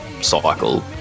cycle